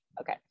Okay